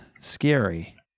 scary